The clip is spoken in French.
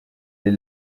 est